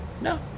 No